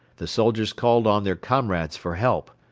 the soldiers called on their comrades for help.